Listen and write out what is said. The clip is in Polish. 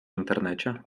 internecie